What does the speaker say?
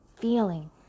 feeling